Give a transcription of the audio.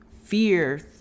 Fear